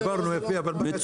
דיברנו, יפה, אבל --- אוקיי.